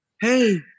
hey